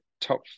top